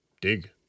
dig